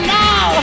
now